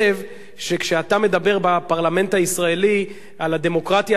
שכשאתה מדבר בפרלמנט הישראלי על הדמוקרטיה ישראלית,